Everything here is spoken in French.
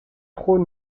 trop